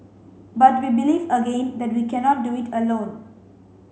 but we believe again that we cannot do it alone